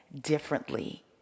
differently